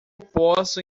posso